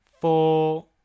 four